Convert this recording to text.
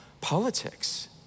politics